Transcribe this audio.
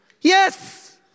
yes